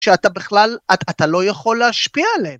שאתה בכלל, אתה לא יכול להשפיע עליהם.